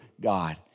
God